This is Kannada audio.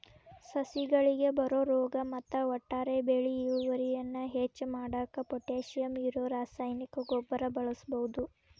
ಸಸಿಗಳಿಗೆ ಬರೋ ರೋಗ ಮತ್ತ ಒಟ್ಟಾರೆ ಬೆಳಿ ಇಳುವರಿಯನ್ನ ಹೆಚ್ಚ್ ಮಾಡಾಕ ಪೊಟ್ಯಾಶಿಯಂ ಇರೋ ರಾಸಾಯನಿಕ ಗೊಬ್ಬರ ಬಳಸ್ಬಹುದು